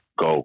go